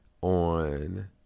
on